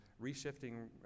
reshifting